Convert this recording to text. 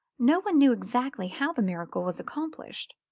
no one knew exactly how the miracle was accomplished.